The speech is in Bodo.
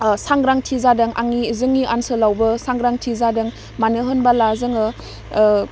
ओह सांग्रांथि जादों आंनि जोंनि ओनसोलावबो सांग्रांथि जादों मानो होनबोला जोङो ओह